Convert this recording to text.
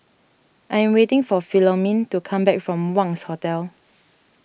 I am waiting for Philomene to come back from Wangz Hotel